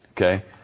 Okay